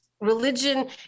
religion